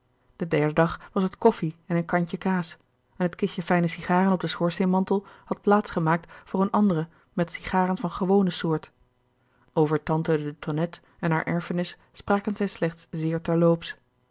den derden dag was het koffie en een kantje kaas en het kistje fijne sigaren op den schoorgerard keller het testament van mevrouw de tonnette steenmantel had plaats gemaakt voor een ander met sigaren van gewone soort over tante de tonnette en hare erfenis spraken zij slechts zeer